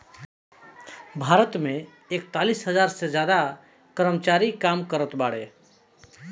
भारत मे एकतालीस हज़ार से ज्यादा कर्मचारी काम करत बाड़े